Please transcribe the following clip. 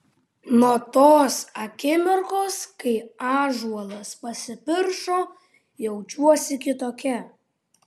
nuo tos akimirkos kai ąžuolas pasipiršo jaučiuosi kitokia